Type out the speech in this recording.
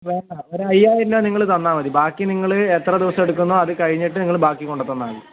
വേണ്ട ഒരു അയ്യായിരം രൂപ നിങ്ങൾ തന്നാൽ മതി ബാക്കി നിങ്ങൾ എത്ര ദിവസം എടുക്കുന്നോ അതുകഴിഞ്ഞിട്ട് നിങ്ങൾ ബാക്കി കൊണ്ടുത്തന്നാൽ മതി